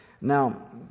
Now